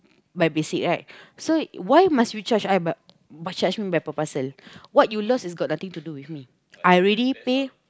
by basic right so why must we charge ib~ must charge me by parcel what you lost has got nothing to do with me I already pay